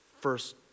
first